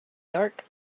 dark